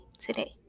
today